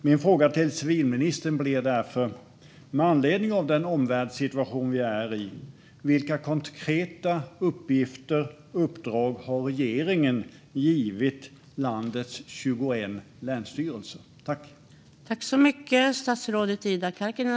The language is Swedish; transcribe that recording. Min fråga till civilministern gäller därför vilka konkreta uppgifter och uppdrag som regeringen har givit landets 21 länsstyrelser med anledning av den omvärldssituation som vi befinner oss i.